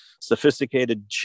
sophisticated